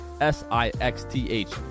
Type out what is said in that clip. S-I-X-T-H